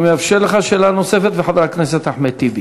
אני מאפשר לך שאלה נוספת ולחבר הכנסת אחמד טיבי.